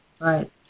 Right